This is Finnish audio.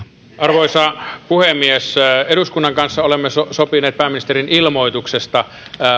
arvoisa puhemies eduskunnan kanssa olemme sopineet pääministerin ilmoituksesta